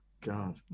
god